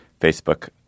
Facebook